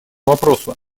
вопросу